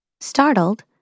Startled